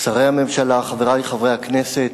שרי הממשלה, חברי חברי הכנסת,